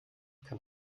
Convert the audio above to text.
kann